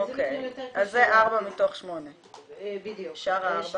אוקי, אז אלו 4 מתוך 8. מה עם השאר?